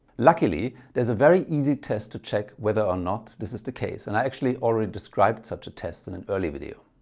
luckily there's a very easy test to check whether or not this is the case and i actually already described such a test in an earlier video